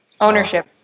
ownership